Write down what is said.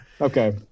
Okay